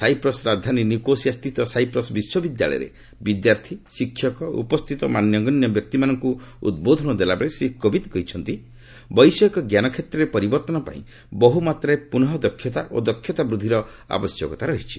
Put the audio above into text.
Cyprus ରାଜଧାନୀ Nicosia ସ୍ଥିତ Cyprus ବିଶ୍ୱବିଦ୍ୟାଳୟରେ ବିଦ୍ୟାର୍ଥୀ ଶିକ୍ଷକ ଓ ଉପସ୍ଥିତ ମାନ୍ୟଗଣ୍ୟ ବ୍ୟକ୍ତିମାନଙ୍କୁ ଉଦ୍ବୋଧନ ଦେଲାବେଳେ ଶ୍ରୀ କୋବିନ୍ଦ କହିଛନ୍ତି ବୈଷୟିକ ଜ୍ଞାନ କ୍ଷେତ୍ରରେ ପରିବର୍ତ୍ତନ ପାଇଁ ବହୁ ମାତ୍ରାରେ ପୁନଃ ଦକ୍ଷତା ଓ ଦକ୍ଷତା ବୃଦ୍ଧିର ଆବଶ୍ୟକତା ରହିଛି